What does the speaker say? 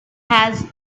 has